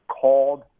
called